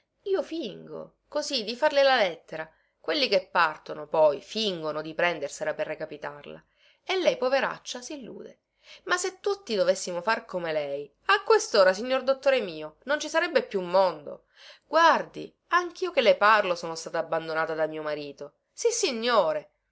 io fingo così di farle la lettera quelli che partono poi fingono di prendersela per recapitarla e lei poveraccia sillude ma se tutti dovessimo far come lei a questora signor dottore mio non ci sarebbe più mondo guardi anchio che le parlo sono stata abbandonata da mio marito sissignore